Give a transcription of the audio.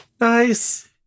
Nice